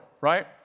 right